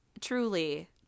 Truly